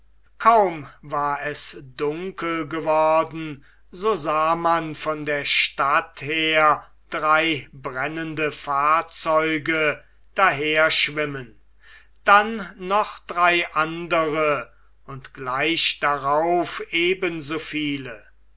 kaum war es dunkel geworden so sah man von der stadt her drei brennende fahrzeuge daherschwimmen dann noch drei andere und gleich darauf eben so viele